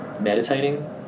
meditating